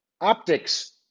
optics